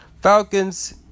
Falcons